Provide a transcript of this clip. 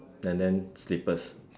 and then slippers